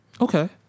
Okay